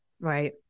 Right